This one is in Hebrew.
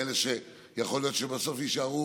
לאלה שיכול להיות שבסוף יישארו